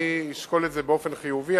אני אשקול את זה באופן חיובי.